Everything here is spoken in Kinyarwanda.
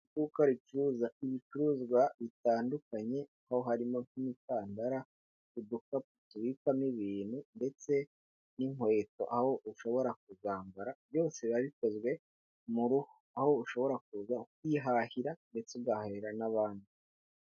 Iduka ricuruza ibicuruzwa bitandukanye, aho harimo nk'imikandara, udukapu tubikwamo ibintu ndetse n'inkweto, aho ushobora kuzambara, byose biba bikozwe mu ruhu, aho ushobora kuza kwihahira ndetse ugahahira n'abandi.